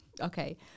Okay